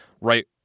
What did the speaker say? right